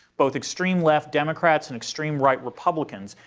both extreme left democrats and extreme right republicans,